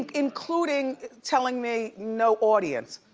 and including telling me no audience.